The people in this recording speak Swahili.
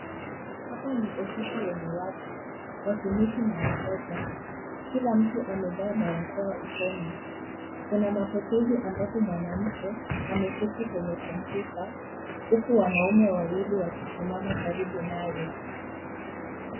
Hapa ni ofisi yenye watu, watumishi na wateja, kila mtu amevaa barakoa usoni, kuna mapokezi ambapo mwanamke ameketi kwenye kompyuta huku wanaume wawili wakisimama karibu naye.